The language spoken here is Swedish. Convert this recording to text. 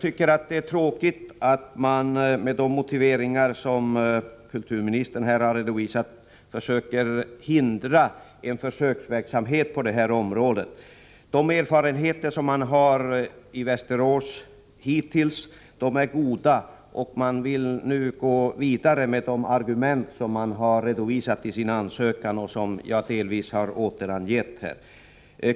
Det är tråkigt att man med de motiveringar som kulturministern har redovisat försöker hindra en försöksverksamhet på detta område. De erfarenheter som man hittills har gjort i Västerås är goda, och man vill nu gå vidare med de argument som man har redovisat i sin ansökan och som jag delvis har återgivit här.